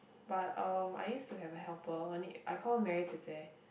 but um I used to have a helper name I called Marry jie jie